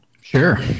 Sure